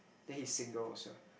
then he single also